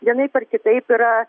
vienaip ar kitaip yra